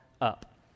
up